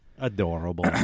adorable